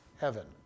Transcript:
heaven